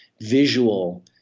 visual